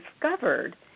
discovered